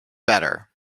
better